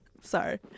Sorry